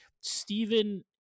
Stephen